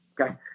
okay